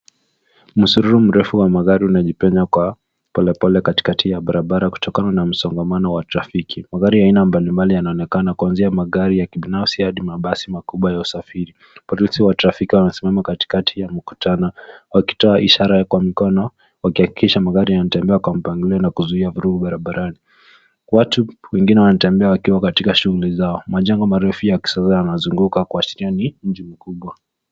Mzururu mrefu wa magari unajipenya kwa pole pole kwa katikati ya barabara kutokana na mzongamano wa trafiki magari mbali mbali unaonekana kuanzia magari ya kibinafisi hadi mabasi makubwa yanosafiri polisi wa trafiki wanasimama katika ya mkutano wakitoa ishara kwa mkono wakihakikiisha magari yanatembea kwa mpangilio na kuzuia furuku barabarani, watu wengine wanatembea wakiwa katika shughuli zao, majengo marefu yanazunguka kuashiria ni mji mkubwa.